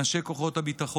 מכובדי נשיא המדינה,